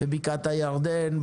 בבקעת הירדן,